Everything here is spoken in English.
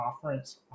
conference